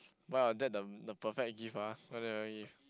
buy your Dad the the perfect gift ah why never give